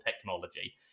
technology